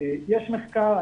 יש מחקר,